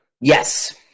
Yes